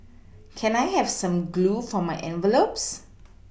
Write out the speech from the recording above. can I have some glue for my envelopes